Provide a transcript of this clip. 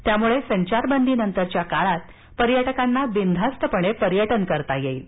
त्यामुळे संचारबंदीनंतरच्या काळात पर्यटकांना बिनधास्त पर्यटन करता येणार आहे